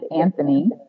anthony